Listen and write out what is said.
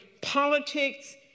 politics